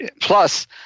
plus